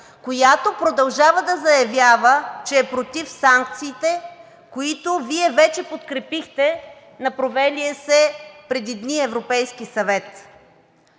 която продължава да заявява, че е против санкциите, които Вие вече подкрепихте на провелия се преди дни Европейски съвет?